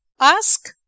ask